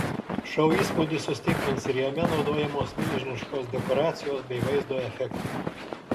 šou įspūdį sustiprins ir jame naudojamos milžiniškos dekoracijos bei vaizdo efektai